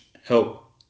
help